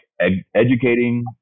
educating